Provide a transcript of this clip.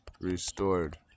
restored